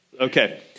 Okay